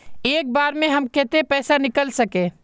एक बार में हम केते पैसा निकल सके?